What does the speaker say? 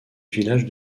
village